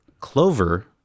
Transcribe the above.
clover